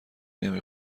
نمی